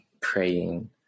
praying